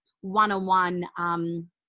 one-on-one